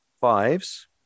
fives